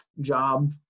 job